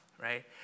right